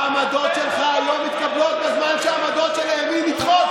העמדות שלך היום מתקבלות בזמן שהעמדות של הימין נדחות,